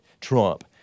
Trump